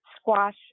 squash